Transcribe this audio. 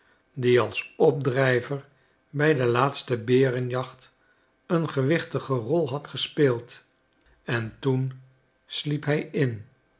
die als opdrijver bij de laatste berenjacht een gewichtige rol had gespeeld en toen sliep hij in